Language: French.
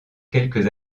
quelques